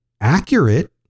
accurate